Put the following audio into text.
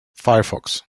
firefox